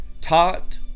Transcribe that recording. taught